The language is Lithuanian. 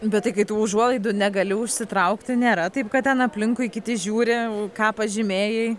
bet tai kai tų užuolaidų negali užsitraukti nėra taip kad ten aplinkui kiti žiūri ką pažymėjai